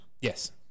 Yes